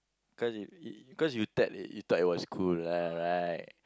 cause you y~ cause you thoug~ you thought it was cool what right